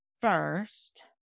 first